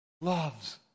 loves